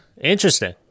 Interesting